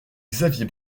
xavier